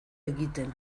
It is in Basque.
egiten